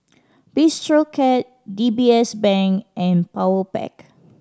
Bistro Cat D B S Bank and Powerpac